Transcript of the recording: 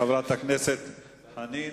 חברת הכנסת חנין,